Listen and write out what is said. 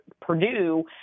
Purdue